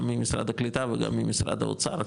גם ממשרד הקליטה וגם ממשרד האוצר,